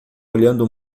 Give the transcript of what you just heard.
olhando